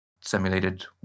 simulated